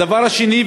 הדבר השני,